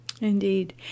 Indeed